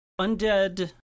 undead